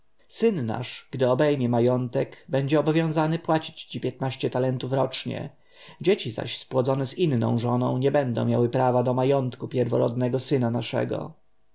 syn nasz gdy obejmie majątek będzie obowiązany płacić ci piętnaście talentów rocznie dzieci zaś spłodzone z inną żoną nie będą miały prawa do majątku pierworodnego syna naszego